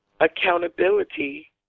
accountability